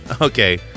Okay